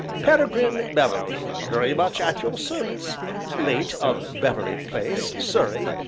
peregrine beverley, very much at your service late of beverley place, surrey,